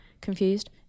confused